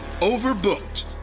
overbooked